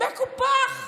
מקופח.